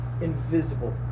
invisible